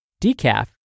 Decaf